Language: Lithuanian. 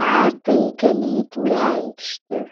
ką tai galėtų reikšti